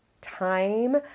time